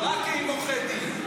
רק עם עורכי דין.